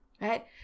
right